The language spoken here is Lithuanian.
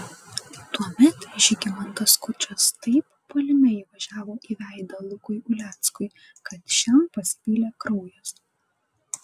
tuomet žygimantas skučas taip puolime įvažiavo į veidą lukui uleckui kad šiam pasipylė kraujas